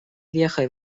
вехой